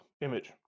image